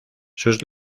sus